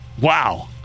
Wow